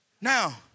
Now